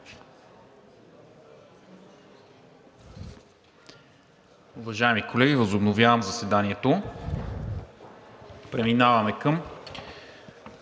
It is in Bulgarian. Уважаеми колеги, възобновявам заседанието. Преминаваме към: